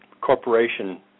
corporation